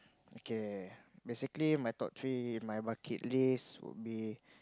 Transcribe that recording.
okay basically my top three my bucket list would be